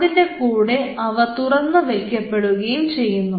അതിൻറെ കൂടെ അവ തുറന്നു വയ്ക്കപ്പെടുകയും ചെയ്യുന്നു